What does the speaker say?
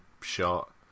shot